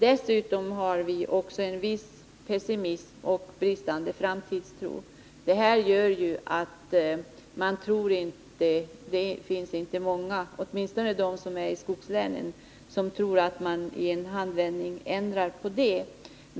Dessutom besitter vi en viss pessimism och bristande framtidstro. Det finns inte många, åtminstone inte de som bor i skogslänen, som tror att en förändring kan komma till stånd i en handvändning.